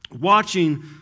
watching